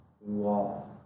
wall